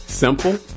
simple